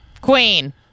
queen